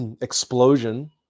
explosion